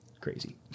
crazy